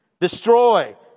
Destroy